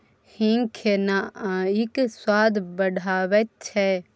हींग खेनाइक स्वाद बढ़ाबैत छै